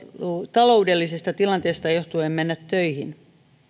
taloudellisesta tilanteesta johtuen mennä töihin